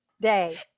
Day